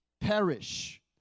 perish